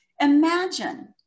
Imagine